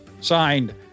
signed